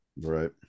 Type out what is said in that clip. right